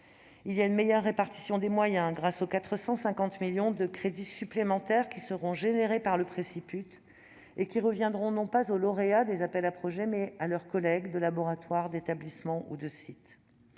Il y a une meilleure répartition des moyens, grâce aux 450 millions de crédits supplémentaires qui seront générés par le préciput et qui reviendront, non pas aux lauréats des appels à projets, mais à leurs collègues de laboratoire, d'établissement ou de site.